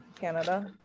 canada